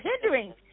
hindering